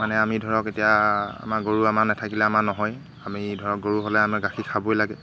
মানে আমি ধৰক এতিয়া আমাৰ গৰু আমাৰ নাথাকিলে আমাৰ নহয়েই আমি ধৰক গৰু হ'লে আমাৰ গাখীৰ খাবই লাগে